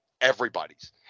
Everybody's